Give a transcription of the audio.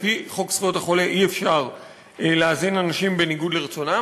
לפי חוק זכויות החולה אי-אפשר להזין אנשים בניגוד לרצונם,